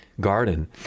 garden